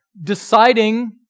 deciding